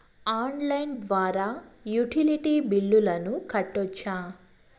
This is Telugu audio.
ఆన్లైన్ ద్వారా యుటిలిటీ బిల్లులను కట్టొచ్చా?